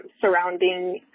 surrounding